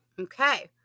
Okay